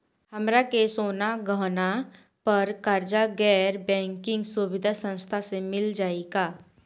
हमरा के सोना गहना पर कर्जा गैर बैंकिंग सुविधा संस्था से मिल जाई का?